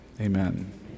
Amen